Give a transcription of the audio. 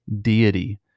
deity